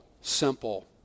simple